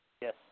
Yes